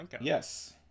yes